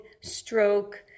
stroke